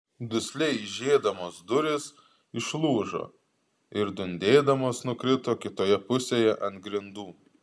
dusliai eižėdamos durys išlūžo ir dundėdamos nukrito kitoje pusėje ant grindų